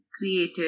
created